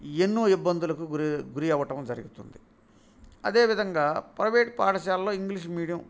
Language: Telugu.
ఎన్నో ఇబ్బందులకు గురి గురి అవటం జరుగుతుంది అదేవిధంగా ప్రవేట్ పాఠశాల్లో ఇంగ్లీష్ మీడియం